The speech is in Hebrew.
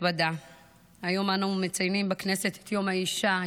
היום אנו מציינים בכנסת את יום האישה,